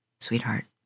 sweetheart